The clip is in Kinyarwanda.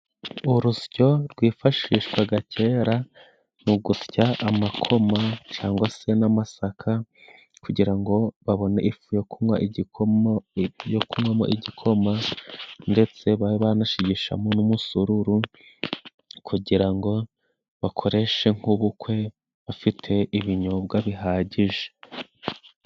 Urusyo rwifashishwaga kera mu gusya amakoma cyangwa se n'amasaka, kugirango babone ifu yo kunywa igikoma yo kunywamo igikoma, ndetse baba banashigishamo n'umusururu kugira ngo bakoreshe nk'ubukwe bafite ibinyobwa bihagije.